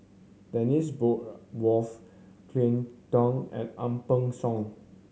Dennis Bloodworth Cleo Thang and Ang Peng Siong